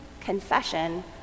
confession